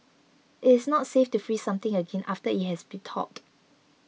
it is not safe to freeze something again after it has be thawed